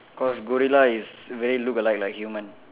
cause gorilla is very look alike like human